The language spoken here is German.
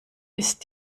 ist